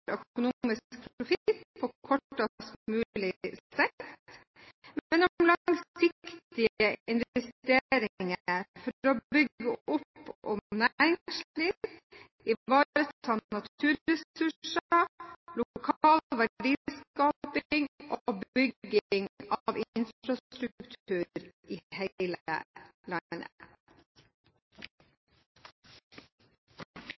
profitt på kortest mulig sikt, men om langsiktige investeringer for å bygge opp næringsliv, ivareta naturressurser, lokal verdiskaping og bygging av infrastruktur i hele